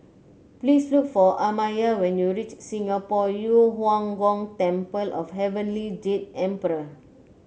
please look for Amaya when you reach Singapore Yu Huang Gong Temple of Heavenly Jade Emperor